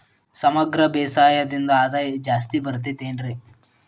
ಸಮಗ್ರ ಬೇಸಾಯದಿಂದ ಆದಾಯ ಜಾಸ್ತಿ ಬರತೈತೇನ್ರಿ?